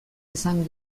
izan